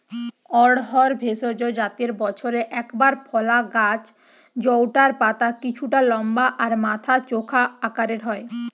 অড়হর ভেষজ জাতের বছরে একবার ফলা গাছ জউটার পাতা কিছুটা লম্বা আর মাথা চোখা আকারের হয়